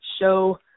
show